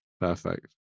Perfect